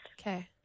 Okay